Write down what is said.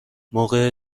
موقع